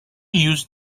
used